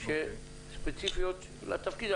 ספציפיות לתפקיד,